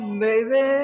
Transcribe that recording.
baby